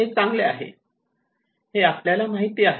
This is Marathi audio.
हे चांगले आहे हे आपल्याला माहिती आहे